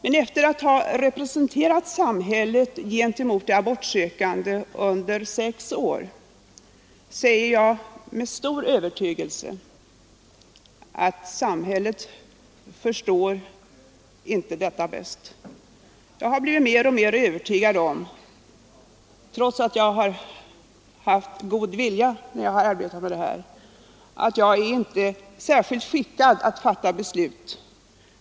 Men efter att i sex år ha representerat samhället gentemot de abortsökande säger jag med stor övertygelse att samhället förstår inte detta bäst. Jag har mer och mer blivit övertygad om — trots att jag har haft god vilja när jag arbetat med dessa frågor — att jag inte är särskilt skickad att fatta beslut.